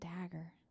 dagger